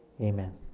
Amen